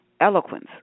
eloquence